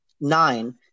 nine